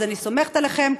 ואני סומכת עליכם,